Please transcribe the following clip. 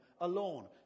alone